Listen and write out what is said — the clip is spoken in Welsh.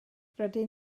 rydyn